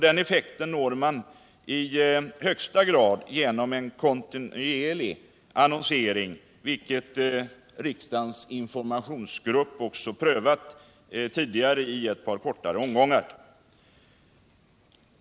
Den effekten får man i högsta grad genom en kontinuerlig annonsering. Riksdagens informationsgrupp har tidigare prövat en sådan kontinuerlig annonsering i ett par kortare omgångar.